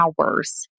hours